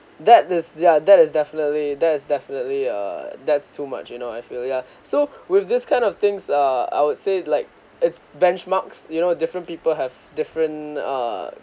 that this yeah that is definitely there is definitely a that's too much you know I feel ya so with this kind of things uh I would say like it's benchmarks you know different people have different err